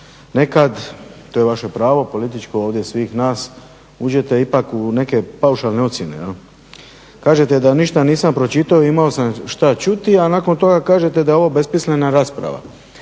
nekad, to je vaše pravo političko ovdje svih nas, uđete ipak u neke paušalne ocijene, jel? Kažete da ništa nisam pročitao i imao sam šta čuti a nakon toga kažete da je ovo besmislena rasprava.